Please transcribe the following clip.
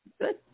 Good